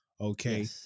okay